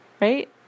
right